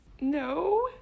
no